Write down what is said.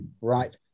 right